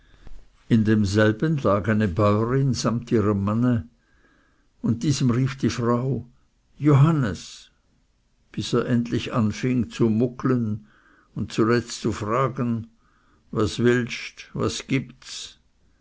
in demselben lag eine bäurin samt ihrem manne und diesem rief die frau johannes bis er endlich anfing zu mugglen und zuletzt zu fragen was willst was gibts